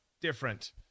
different